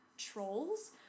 Trolls